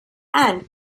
and